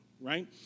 right